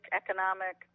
economic